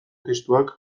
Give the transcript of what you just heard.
testuak